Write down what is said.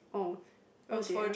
oh oh dear